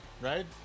Right